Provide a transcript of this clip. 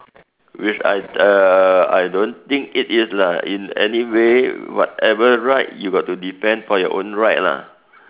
which I uh I don't think it is lah in anyway whatever right you got to defend for your own right lah